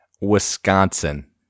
wisconsin